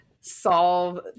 solve